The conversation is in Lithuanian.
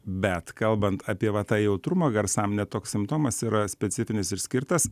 bet kalbant apie va tą jautrumą garsam net toks simptomas yra specifinis išskirtas